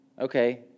Okay